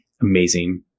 Amazing